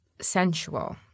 sensual